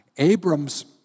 Abram's